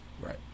Right